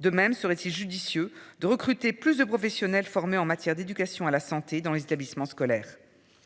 De même, ça aurait été judicieux de recruter plus de professionnels formés en matière d'éducation à la santé dans les établissements scolaires.